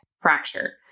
fracture